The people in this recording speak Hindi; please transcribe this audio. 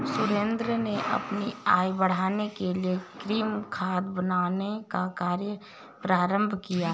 सुरेंद्र ने अपनी आय बढ़ाने के लिए कृमि खाद बनाने का कार्य प्रारंभ किया